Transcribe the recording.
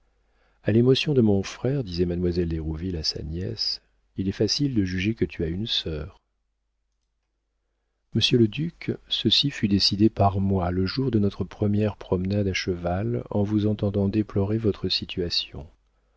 a l'émotion de mon frère disait mademoiselle d'hérouville sa nièce il est facile de juger que tu as une sœur monsieur le duc ceci fut décidé par moi le jour de notre première promenade à cheval en vous entendant déplorer votre situation